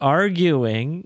arguing